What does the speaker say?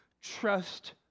trust